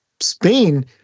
Spain